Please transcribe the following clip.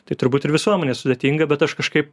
tai turbūt ir visuomenėj sudėtinga bet aš kažkaip